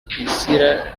priscillah